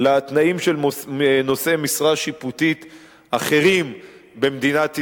לתנאים של נושאי משרה שיפוטית אחרים במדינת ישראל.